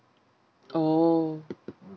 oh